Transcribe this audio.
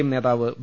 M നേതാവ് V